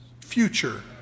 future